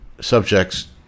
subjects